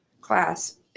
class